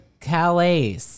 Calais